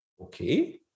Okay